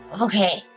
okay